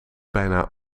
bijna